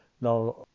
Now